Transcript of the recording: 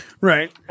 Right